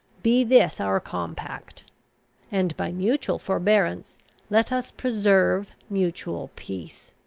be this our compact and by mutual forbearance let us preserve mutual peace.